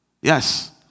Yes